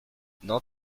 dans